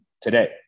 today